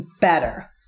better